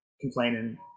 complaining